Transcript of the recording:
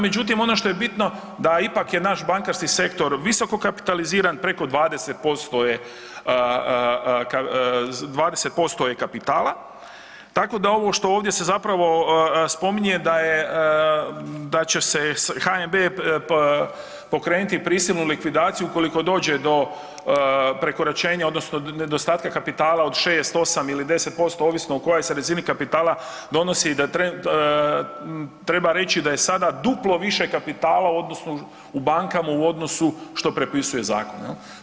Međutim, ono što je bitno da ipak je naš bankarski sektor visoko kapitaliziran preko 20% je, 20% je kapitala tako da ovo što ovdje se zapravo spominje da je, da će se HNB pokrenuti prisilnu likvidaciju ukoliko dođe do prekoračenja odnosno nedostatka kapitala od 6, 8 ili 10% ovisno o kojoj se razini kapitala donosi da treba reći da je sada duplo više kapitala u odnosu, u bankama u odnosu što propisuje zakon jel.